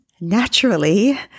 naturally